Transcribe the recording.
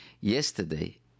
Yesterday